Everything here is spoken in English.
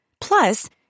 Plus